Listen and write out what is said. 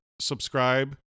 subscribe